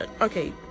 okay